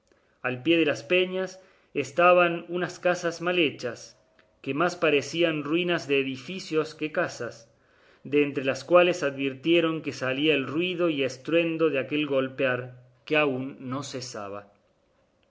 al pie de las peñas estaban unas casas mal hechas que más parecían ruinas de edificios que casas de entre las cuales advirtieron que salía el ruido y estruendo de aquel golpear que aún no cesaba